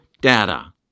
data